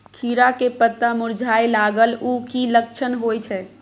खीरा के पत्ता मुरझाय लागल उ कि लक्षण होय छै?